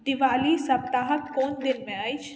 दिवाली सप्ताहक कोन दिनमे अछि